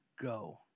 go